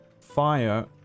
fire